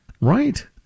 right